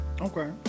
Okay